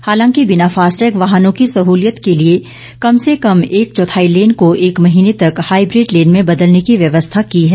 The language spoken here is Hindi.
हालांकि बिना फास्टैग वाहनों की सहूलियत के लिए कम से कम एक चौथाई लेन को एक महीने तक हाईब्रिड लेन में बदलने की व्यवस्था की है